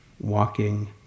walking